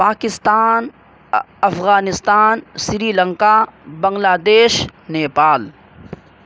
Pakistan Afghanistan Sri Lanka Bangladesh Nepal